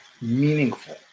meaningful